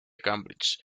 cambridge